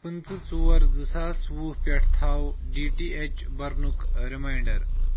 پٕنٛژٕہ ژور زٕ ساس وُہ پٮ۪ٹھ تھاو ڈی ٹی ایٚچ برنُک ریمنانڑر